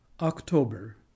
October